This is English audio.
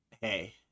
Hey